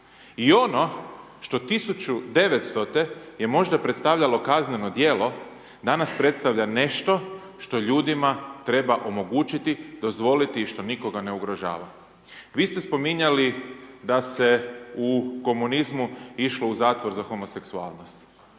i ono što 1900-te je možda predstavljalo kazneno djelo, danas predstavlja nešto što ljudima treba omogućiti, dozvoliti i što nikoga ne ugrožava. Vi ste spominjali da se u komunizmu išlo u zatvor za homoseksualnost,